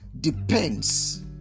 depends